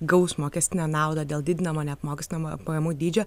gaus mokestinę naudą dėl didinamo neapmokestinamojo pajamų dydžio